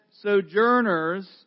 sojourners